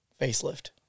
facelift